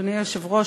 אדוני היושב-ראש,